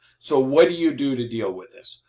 so what do you do to deal with this?